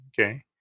okay